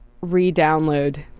re-download